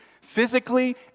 physically